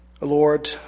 Lord